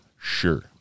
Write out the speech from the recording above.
sure